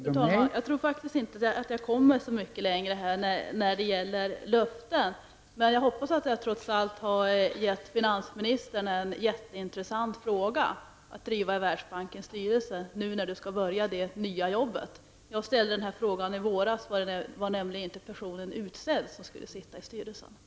Fru talman! Jag tror att jag faktiskt inte kommer så mycket längre när det gäller ett löfte, men jag hoppas att jag trots allt har gett finansministern en mycket intressant fråga att driva i Världsbankens styrelse nu när han skall börja det nya arbetet. När jag ställde den här frågan i våras var nämligen inte den person som skulle sitta i styrelsen utsedd.